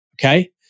Okay